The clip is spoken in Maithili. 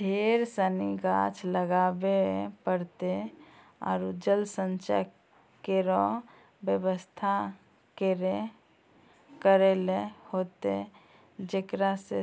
ढेर सिनी गाछ लगाबे पड़तै आरु जल संचय केरो व्यवस्था करै ल होतै जेकरा सें